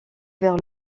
vers